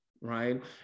Right